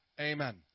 Amen